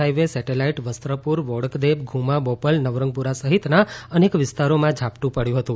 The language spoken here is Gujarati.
હાઇવે સેટેલાઇટ વસ્ત્રાપુર બોડકદેવ ધુમા બોપલ નવરંગપુરા સહિતના અનેક વિસ્તારોમાં ઝાપટું પડ્યું હતું